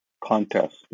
contest